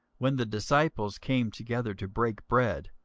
when the disciples came together to break bread,